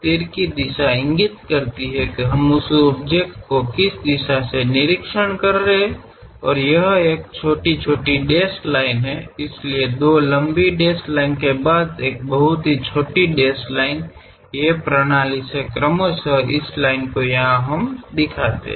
तीर की दिशा इंगित कर रहे हैं की हम उस ऑब्जेक्ट को किस दिशा से निरीक्षण कर रहे हैं और यहा एक छोटी छोटी डेश लाइनें हैं इसलिए दो लंबी डेश लाइनों के बाद एक बहुत छोटी डेश लाइन ये प्रणाली से क्रमश इस लाइन को यहा पर हम दिखते हैं